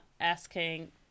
asking